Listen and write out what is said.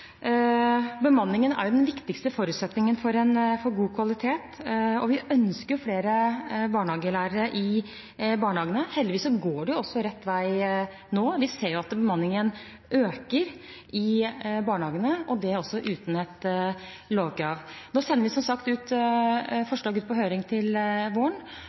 Bemanningen er jo den viktigste forutsetningen for god kvalitet, og vi ønsker flere barnehagelærere i barnehagene. Heldigvis går det også rett vei nå. Vi ser at bemanningen øker i barnehagene, og det også uten et lovkrav. Nå sender vi som sagt forslag ut på høring til våren,